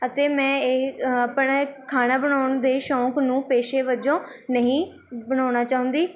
ਅਤੇ ਮੈਂ ਇਹ ਆਪਣਾ ਖਾਣਾ ਬਣਾਉਣ ਦੇ ਸ਼ੌਂਕ ਨੂੰ ਪੇਸ਼ੇ ਵਜੋਂ ਨਹੀਂ ਬਣਾਉਣਾ ਚਾਹੁੰਦੀ